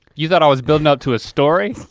you thought i was building up to a story?